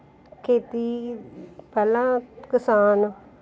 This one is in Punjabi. ਖੇਤੀ ਪਹਿਲਾਂ ਕਿਸਾਨ